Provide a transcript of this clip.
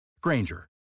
Granger